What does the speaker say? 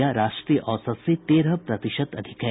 यह राष्ट्रीय औसत से तेरह प्रतिशत अधिक है